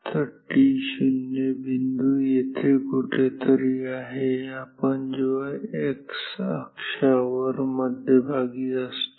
तर t0 बिंदू येथे कुठेतरी आहे जेव्हा आपण x अक्षावर मध्यभागी असतो